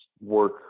work